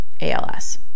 ALS